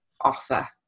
offer